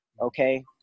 Okay